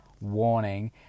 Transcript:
warning